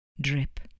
Drip